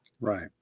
Right